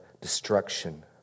destruction